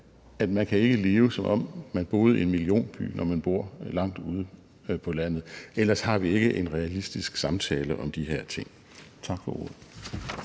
at man ikke kan leve, som om man boede i en millionby, når man bor langt ude på landet. Ellers har vi ikke en realistisk samtale om de her ting. Tak for ordet.